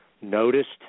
noticed